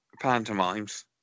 pantomimes